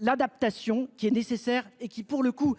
L'adaptation qui est nécessaire et qui pour le coup